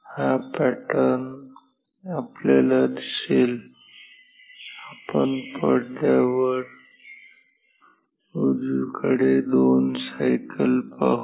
हा पॅटर्न आपल्याला दिसेल आपण पडद्यावर उजवीकडे दोन सायकल पाहु